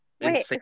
Wait